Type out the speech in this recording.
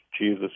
Jesus